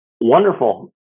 Wonderful